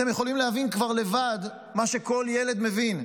אתם יכולים להבין כבר לבד מה שכל ילד מבין: